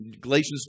Galatians